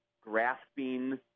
grasping